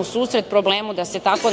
u susret problemu da se tako nešto